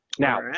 Now